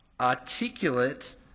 articulate